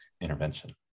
intervention